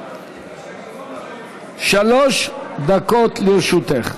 שלוש דקות לרשותך.